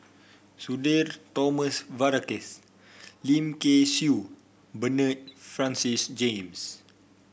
Sudhir Thomas Vadaketh Lim Kay Siu Bernard Francis James